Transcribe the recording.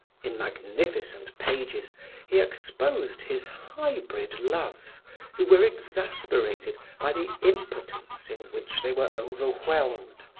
in magnificent pages he exposed his hybrid loves who were exasperated by the impotence in which they were overwhelmed,